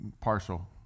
partial